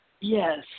Yes